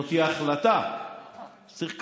זאת החלטה שצריך לקבל.